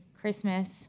Christmas –